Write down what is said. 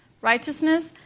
righteousness